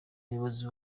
umuyobozi